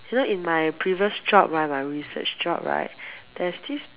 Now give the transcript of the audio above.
so in my previous job right my research job right there's this